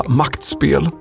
maktspel